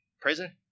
prison